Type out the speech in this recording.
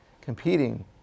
competing